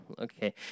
okay